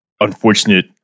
unfortunate